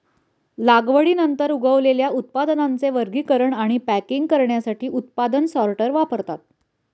लागवडीनंतर उगवलेल्या उत्पादनांचे वर्गीकरण आणि पॅकिंग करण्यासाठी उत्पादन सॉर्टर वापरतात